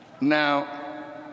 Now